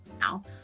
now